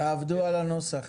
תעבדו על הנוסח.